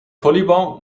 volleybal